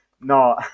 no